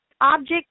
object